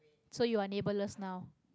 so you are neighbourless now